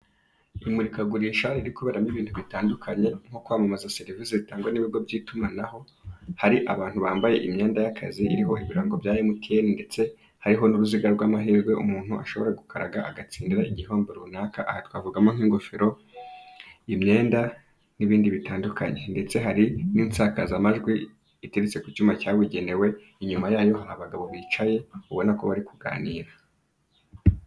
Imurikagurisha riri kuberamo ibintu bitandukanye nko Kwamamaza serivise zitangwa n'ibigo by'itumanaho, hari abantu bambaye imyenda y'akazi iriho ibirango ba MTN ndetse hariho n'uruziga rw'amahirwe, umuntu ashobora gukaraga agatsindira igihembo runaka, akavugamo n'ingofero, imyenda n'ibindi bitandukanye. Ndetse hari n'insakazamajwi iteretse ku cyuma cyabugenewe ,inyuma y'aho hari abagabo ubonako bari kuganira.